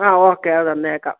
ആ ഓക്കെ അത് തന്നേക്കാം